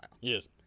Yes